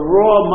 raw